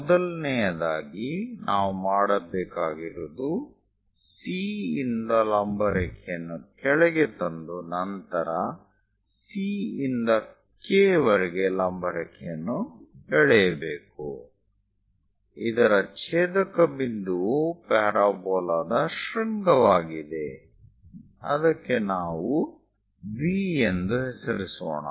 ಮೊದಲನೆಯದಾಗಿ ನಾವು ಮಾಡಬೇಕಾಗಿರುವುದು C ಇಂದ ಲಂಬ ರೇಖೆಯನ್ನು ಕೆಳಗೆ ತಂದು ನಂತರ C ಇಂದ K ವರೆಗೆ ಲಂಬ ರೇಖೆಯನ್ನು ಎಳೆಯಬೇಕು ಇದರ ಛೇದಕ ಬಿಂದುವು ಪ್ಯಾರಾಬೋಲಾದ ಶೃಂಗವಾಗಿದೆ ಅದಕ್ಕೆ ನಾವು V ಎಂದು ಹೆಸರಿಸೋಣ